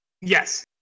Yes